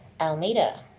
Almeida